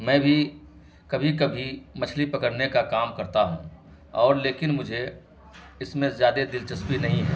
میں بھی کبھی کبھی مچھلی پکڑنے کا کام کرتا ہوں اور لیکن مجھے اس میں زیادہ دلچسپی نہیں ہے